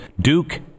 Duke